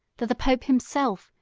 that the pope himself,